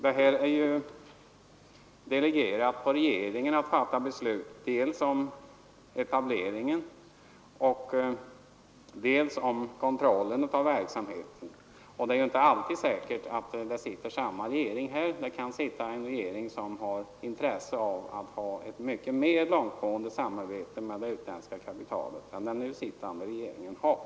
Det skall ju delegeras till regeringen att fatta beslut dels om etableringen, dels om kontrollen av verksamheten, och det är inte säkert att vi alltid har samma regering som nu. Vi kan få en regering som har intresse av ett mycket mer långtgående samarbete med det utländska kapitalet än den nu sittande regeringen har.